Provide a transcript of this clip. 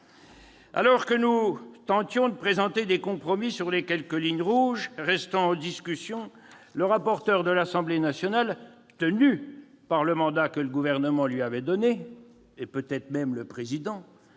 Alors que nous tentions de présenter des compromis sur les quelques lignes rouges restant en discussion, le rapporteur du texte à l'Assemblée nationale, tenu par le mandat que le Gouvernement, et peut-être même le Président